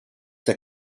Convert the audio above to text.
der